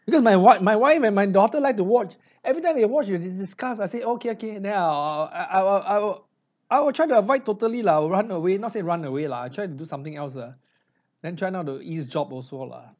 because my wife my wife and my daughter like to watch everytime they watch they dis~ discuss I say okay okay then I I I I will I will I will try to avoid totally lah run away not to say run away lah try to do something else ah then try not to ease job also lah